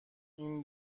این